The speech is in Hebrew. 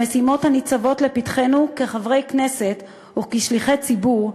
המשימות הניצבות לפתחנו כחברי כנסת וכשליחי ציבור,